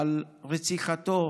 על רציחתו,